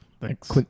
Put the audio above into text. Thanks